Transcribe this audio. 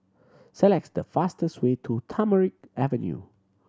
select the fastest way to Tamarind Avenue